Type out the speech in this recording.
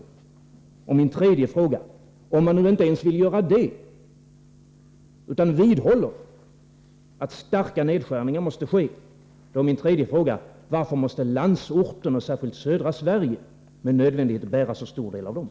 Om man inte ens vill göra detta utan vidhåller att starka nedskärningar måste ske, varför måste då landsorten och särskilt södra Sverige med nödvändighet bära så stor del av dessa?